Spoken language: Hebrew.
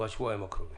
בשבועיים הקרובים.